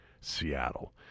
Seattle